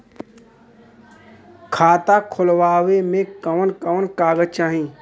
खाता खोलवावे में कवन कवन कागज चाही?